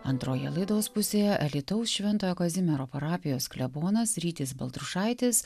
antroje laidos pusėje alytaus šv kazimiero parapijos klebonas rytis baltrušaitis